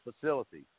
facility